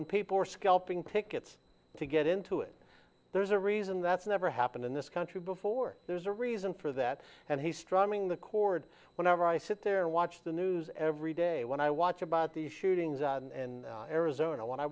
and people are scalping tickets to get into it there's a reason that's never happened in this country before there's a reason for that and he's struggling the cord whenever i sit there and watch the news every day when i watch about the shootings and arizona when i